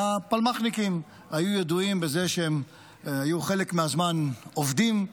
והפלמ"חניקים היו ידועים בזה שחלק מהזמן הם היו עובדים,